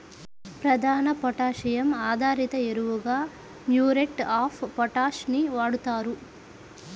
ప్రధాన పొటాషియం ఆధారిత ఎరువుగా మ్యూరేట్ ఆఫ్ పొటాష్ ని వాడుతారు